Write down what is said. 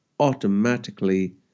automatically